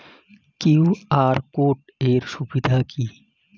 QR code এর সুবিধা কি?